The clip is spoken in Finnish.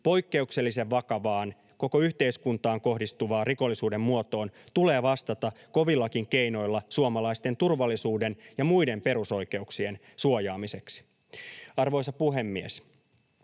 poikkeuksellisen vakavaan koko yhteiskuntaan kohdistuvaan rikollisuuden muotoon, tulee vastata kovillakin keinoilla suomalaisten turvallisuuden ja muiden perusoikeuksien suojaamiseksi. Arvoisa puhemies!